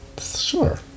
sure